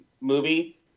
movie